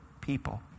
people